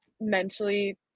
mentally